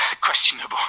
questionable